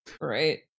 Right